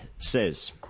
Says